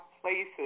places